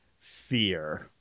fear